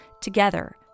Together